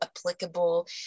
applicable